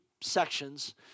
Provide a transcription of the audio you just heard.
sections